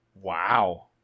Wow